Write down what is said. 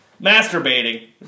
masturbating